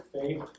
faith